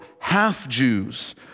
half-Jews